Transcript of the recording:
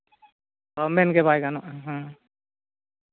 ᱢᱮᱱ ᱜᱮ ᱵᱟᱭ ᱜᱟᱱᱚᱜᱼᱟ